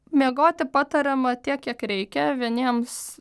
miegoti patariama tiek kiek reikia vieniems